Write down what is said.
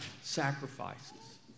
sacrifices